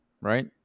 right